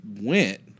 went